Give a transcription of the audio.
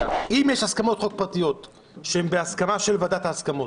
אם יש הצעות חוק פרטיות שהן בהסכמה של ועדת ההסכמות,